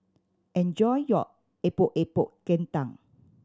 enjoy your Epok Epok Kentang